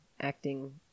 acting